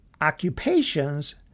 occupations